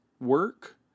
work